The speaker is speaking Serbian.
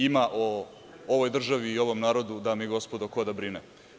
Ima o ovoj državi i o ovom narodu dame i gospodo ko da brine.